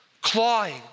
clawing